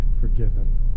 forgiven